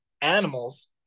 animals